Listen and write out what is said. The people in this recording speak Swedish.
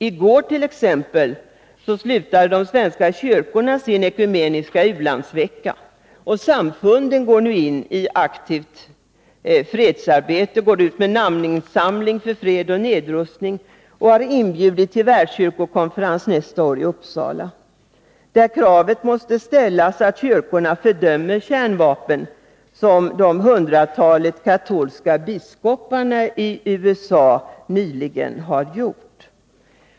I går avslutades t.ex. de svenska kyrkornas ekumeniska u-landsvecka. Samfunden går nu in i ett aktivt fredsarbete med namninsamling för fred och nedrustning och har inbjudit till världskyrkokonferens nästa år i Uppsala, där kravet måste ställas att kyrkorna fördömer kärnvapen på samma sätt som ett hundratal katolska biskopar i USA nyligen har gjort.